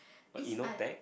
it's I